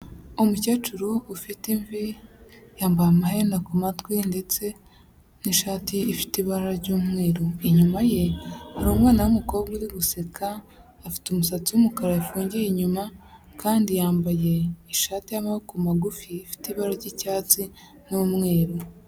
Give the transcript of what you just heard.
Umukecuru ufite imvi, yambaye amaherena ku matwi ndetse n'ishati ifite ibara ry'umweru. Inyuma ye hari umwana w'umukobwa uri guseka, afite umusatsi w'umukara yafungiye inyuma, kandi yambaye ishati y'amaboko magufi ifite ibara ry'icyatsi n'umweru.